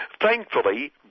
Thankfully